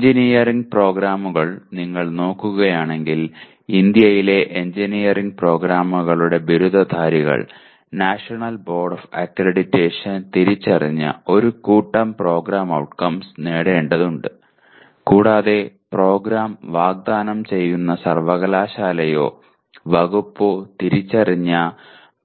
engineering പ്രോഗ്രാമുകൾ നിങ്ങൾ നോക്കുകയാണെങ്കിൽ ഇന്ത്യയിലെ എഞ്ചിനീയറിംഗ് പ്രോഗ്രാമുകളുടെ ബിരുദധാരികൾ നാഷണൽ ബോർഡ് ഓഫ് അക്രഡിറ്റേഷൻ തിരിച്ചറിഞ്ഞ ഒരു കൂട്ടം പ്രോഗ്രാം ഔട്ട്കംസ് നേടേണ്ടതുണ്ട് കൂടാതെ പ്രോഗ്രാം വാഗ്ദാനം ചെയ്യുന്ന സർവകലാശാലയോ വകുപ്പോ തിരിച്ചറിഞ്ഞ